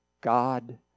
God